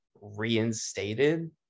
reinstated